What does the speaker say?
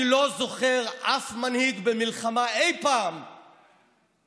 אני לא זוכר אף מנהיג במלחמה אי פעם עוסק